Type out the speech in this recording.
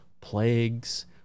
Plagues